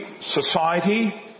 Society